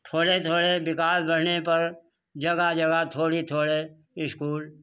थोड़े थोड़े विकास बढ़ने पर जगह जगह थोड़े थोड़े इस्कूल